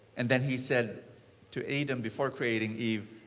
and then he said to adam before creating eve,